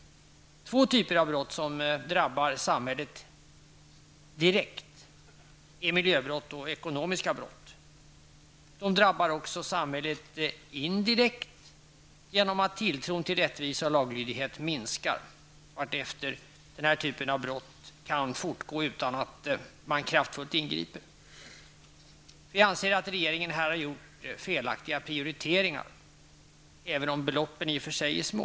Två typer av brott som drabbar samhället direkt är miljöbrott och ekonomiska brott. De drabbar också samhället indirekt genom att tilltron till rättvisa och laglydighet minskar allteftersom den här typen av brott kan fortgå utan att man kraftfullt ingriper. Vi anser att regeringen här har gjort felaktiga prioriteringar, även om beloppen i och för sig är små.